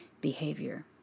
behavior